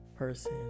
person